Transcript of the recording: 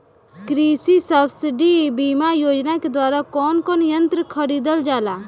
कृषि सब्सिडी बीमा योजना के द्वारा कौन कौन यंत्र खरीदल जाला?